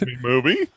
movie